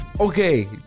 Okay